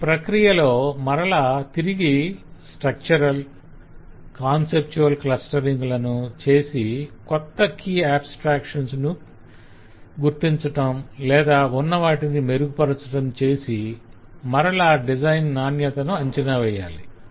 ఈ ప్రక్రియలో మరల తిరిగి స్ట్రక్చరల్ కాన్సెప్ట్ట్ట్యువల్ క్లస్టరింగ్ లను చేసి కొత్త కీ ఆబ్స్త్రాక్షన్స్ ను గుర్తించటం లేదా ఉన్నవాటిని మెరుగుపరచటం చేసి మరల డిజైన్ నాణ్యతను అంచనా వేయాలి